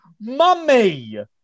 Mummy